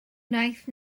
wnaeth